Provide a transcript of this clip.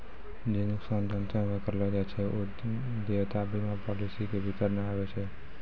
जे नुकसान जानते हुये करलो जाय छै उ देयता बीमा पालिसी के भीतर नै आबै छै